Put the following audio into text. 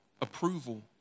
approval